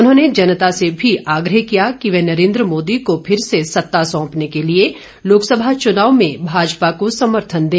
उन्होंने जनता से भी आग्रह किया कि वह नरेन्द्र मोदी को फिर से सत्ता सौंपने के लिए लोकसभा चुनाव में भाजपा को समर्थन दें